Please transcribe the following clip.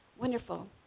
wonderful